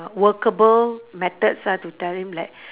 workable methods ah to tell him like